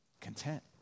content